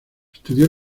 estudió